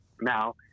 Now